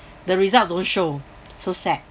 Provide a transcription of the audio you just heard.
the result don't show so sad